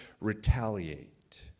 retaliate